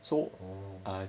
orh